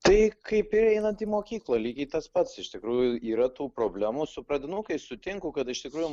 tai kaip ir einant į mokyklą lygiai tas pats iš tikrųjų yra tų problemų su pradinukais sutinku kad iš tikrųjų